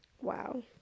Wow